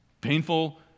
Painful